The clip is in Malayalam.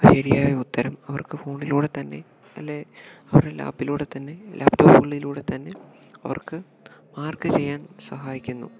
ശരിയായ ഉത്തരം അവർക്ക് ഫോണിലൂടെ തന്നെ അല്ലേ അവരുടെ ലാപിലൂടെ തന്നെ ലാപ്ടോപ്പ്കളിലൂടെത്തന്നെ അവർക്ക് മാർക്ക് ചെയ്യാൻ സഹായിക്കുന്നു